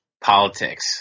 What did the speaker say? politics